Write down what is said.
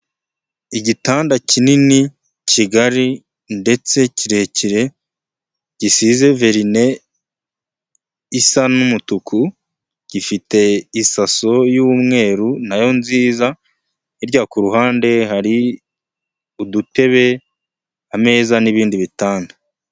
Igitanda kinini, kigari ndetse kirekire, gisize verine isa n'umutuku, gifite isaso y'umweru na yo nziza, hirya ku ruhande hari udutebe, ameza n'ibindi bitanda.